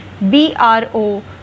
BRO